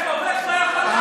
מי שכובש לא יכול להטיף מוסר.